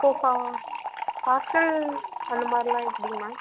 hostel அந்த மாதிரிலாம் எப்படிங் மேம்